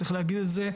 צריך להגיד את זה.